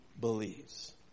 believes